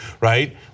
right